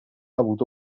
avuto